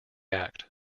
act